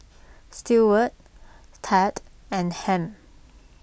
Steward Thad and Ham